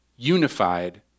Unified